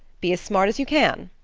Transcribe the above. be as smart as you can.